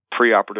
preoperative